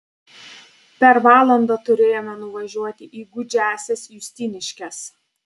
per valandą turėjome nuvažiuoti į gūdžiąsias justiniškes